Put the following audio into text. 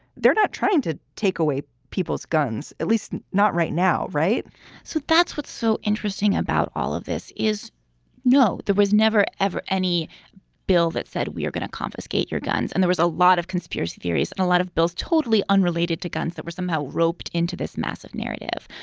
they're not trying to take away people's guns, at least not right now. right so that's what's so interesting about all of this is no, there was never, ever any bill that said we are going to confiscate your guns. and there was a lot of conspiracy theories and a lot of bills totally unrelated to guns that were somehow roped into this massive narrative.